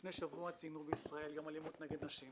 לפני שבוע ציינו בישראל יום אלימות נגד נשים.